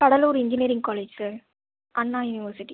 Cuddalore engineering college sir Anna university